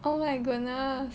oh my goodness